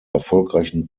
erfolgreichen